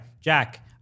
Jack